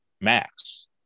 Max